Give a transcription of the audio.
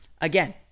Again